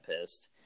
pissed